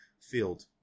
field